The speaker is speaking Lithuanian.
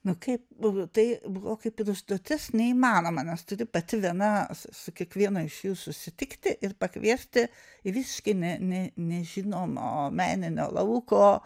nu kaip buvo tai buvo kaip ir užduotis neįmanoma nes turi pati viena su su kiekviena iš jų susitikti ir pakviesti į visiškai ne ne nežinomo meninio lauko